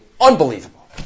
Unbelievable